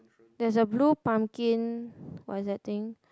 there's a blue pumpkin what is that thing